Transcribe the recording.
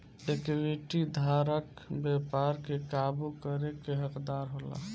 equity धारक व्यापार के काबू करे के हकदार होला